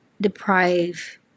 deprive